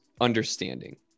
understanding